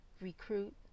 recruit